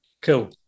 Cool